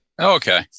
Okay